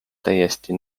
täiesti